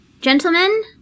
gentlemen